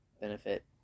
benefit